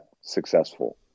successful